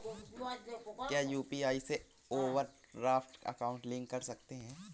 क्या यू.पी.आई से overdraft account link कर सकते हैं?